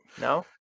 No